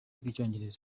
rw’icyongereza